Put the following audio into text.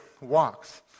walks